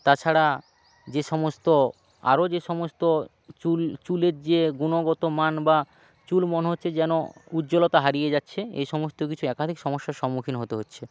তাছাড়া যে সমস্ত আরও যে সমস্ত চুল চুলের যে গুণগত মান বা চুল মনে হচ্ছে যেন উজ্জ্বলতা হারিয়ে যাচ্ছে এই সমস্ত কিছু একাধিক সমস্যার সম্মুখীন হতে হচ্ছে